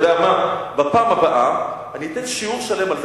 אתה יודע מה, בפעם הבאה אני אתן שיעור שלם על זה.